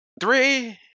Three